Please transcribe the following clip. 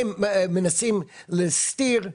הם מנסים להסתיר,